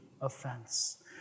offense